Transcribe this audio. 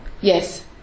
yes